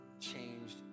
changed